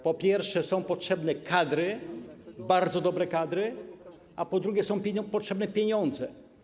Po pierwsze, są potrzebne kadry, bardzo dobre kadry, a po drugie, są potrzebne pieniądze.